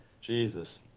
Jesus